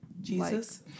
jesus